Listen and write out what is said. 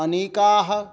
अनेके